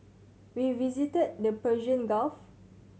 we visited the Persian Gulf